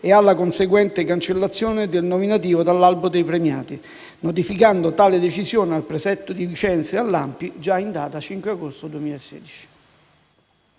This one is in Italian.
e alla conseguente cancellazione del nominativo dall'Albo dei premiati, notificando tale decisione al prefetto di Vicenza ed all'ANPI già in data 5 agosto 2016.